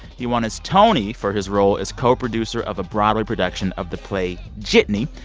he won his tony for his role as co-producer of a broadway production of the play jitney.